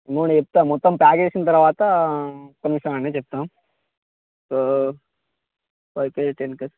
amount చెప్తాను మొత్తం pack చేసిన తరవాత ఒక్క నిమిషం అండి చెప్తాను ఫైవ్ కేజీ టెన్ కె